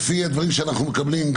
לפי הדברים שאנחנו יודעים,